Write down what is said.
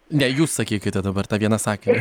ne jūs sakykite dabar tą vieną sakinį